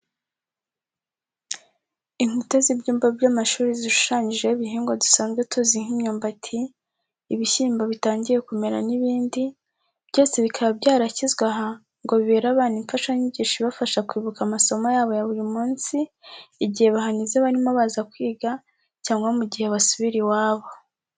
Inkuta z'ibyumba by'amashuri zishushanyijeho ibihingwa dusanzwe tuzi nk'imyumbati, ibishyimbo bitangiye kumera n'ibindi, byose bikaba byarashyizwe aha ngo bibere abana imfashanyigisho ibafasha kwibuka amasomo yabo ya buri munsi igihe bahanyuze barimo baza kwiga cyangwa mu gihe basubira iwabo.